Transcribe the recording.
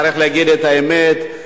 צריך להגיד את האמת,